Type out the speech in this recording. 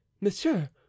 monsieur